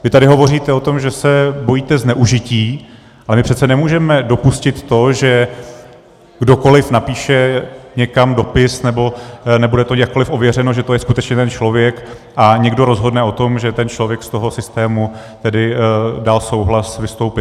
Vy tady hovoříte o tom, že se bojíte zneužití, ale my přece nemůžeme dopustit to, že kdokoliv napíše někam dopis nebo nebude to jakkoliv ověřeno, že to je skutečně ten člověk, a někdo rozhodne o tom, že ten člověk z toho systému tedy dal souhlas vystoupit.